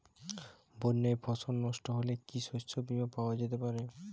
বন্যায় ফসল নস্ট হলে কি শস্য বীমা পাওয়া যেতে পারে?